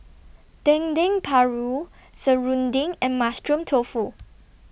Dendeng Paru Serunding and Mushroom Tofu